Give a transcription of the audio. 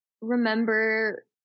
remember